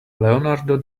leonardo